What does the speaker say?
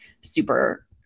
super